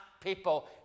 people